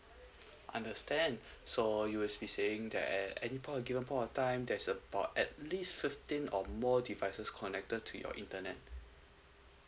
understand so you were be saying there at any point given point of time there's about at least fifteen or more devices connected to your internet